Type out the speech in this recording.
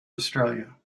australia